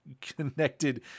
connected